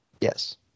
Yes